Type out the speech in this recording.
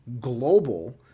global